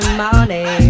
money